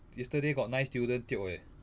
yesterday got nine student tio eh